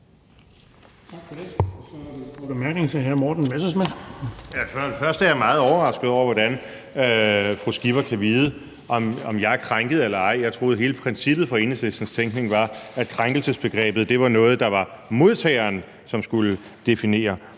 at jeg er meget overrasket over, hvordan fru Pernille Skipper kan vide, om jeg er krænket eller ej. Jeg troede, at hele princippet for Enhedslistens tænkning var, at krænkelsesbegrebet var noget, modtageren skulle definere,